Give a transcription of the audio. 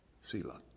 Selah